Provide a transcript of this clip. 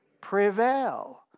Prevail